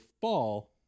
fall